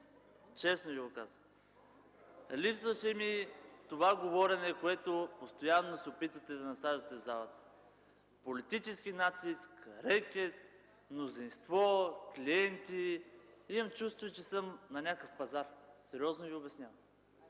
Честно Ви казвам! Липсваше ми говоренето, с което постоянно се опитвате да насаждате в залата – политически натиск, рекет, мнозинство, клиенти... Имам чувството, че съм на някакъв пазар, сериозно Ви казвам.